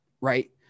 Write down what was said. right